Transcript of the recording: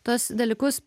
tuos dalykus